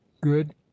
good